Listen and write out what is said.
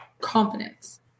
confidence